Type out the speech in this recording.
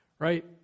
Right